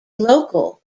local